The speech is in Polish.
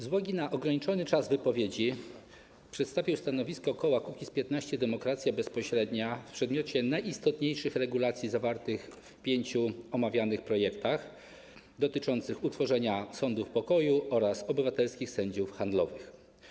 Z uwagi na ograniczony czas wypowiedzi przedstawię stanowisko koła Kukiz’15 - Demokracja Bezpośrednia w przedmiocie najistotniejszych regulacji zawartych w pięciu omawianych projektach dotyczących utworzenia sądów pokoju oraz obywatelskich sędziów handlowych.